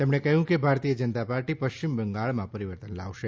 તેમણે કહ્યું કે ભારતીય જનતા પાર્ટી પશ્ચિમ બંગાળમાં પરિવર્તન લાવશે